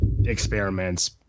experiments